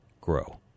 grow